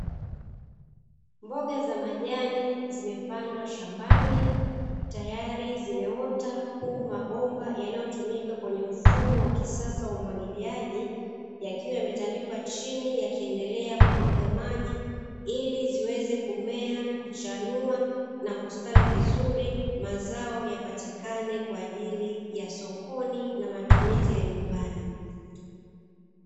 Mboga za majani zimepandwa shambani, tayari zimeota huku mabomba yanayotumika kwenye mfumo wa kisasa wa umwagiliaji yakiwa yametandikwa chini yakiendelea kumwaga maji ili ziweze kumea, kuchanua na kustawi vizuri mazao yapatikane kwa ajili ya sokoni na matumizi ya nymbani.